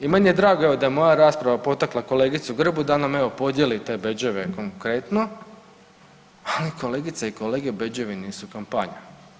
I meni je drago evo da je moja rasprava potakla kolegicu Grbu da nam evo podijeli te bedževe konkretno, ali kolegice i kolege bedževi nisu kampanja.